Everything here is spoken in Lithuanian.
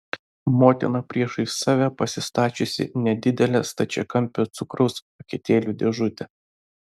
motina priešais save pasistačiusi nedidelę stačiakampę cukraus paketėlių dėžutę